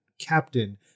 captain